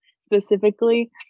specifically